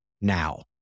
now